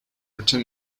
written